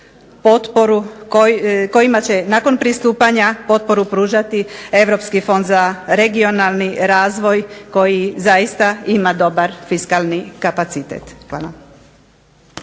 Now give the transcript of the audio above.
potporu, kojima će nakon pristupanja potporu pružati Europski fond za regionalni razvoj koji zaista ima dobar fiskalni kapacitet.